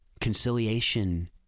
conciliation